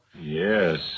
Yes